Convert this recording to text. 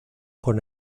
con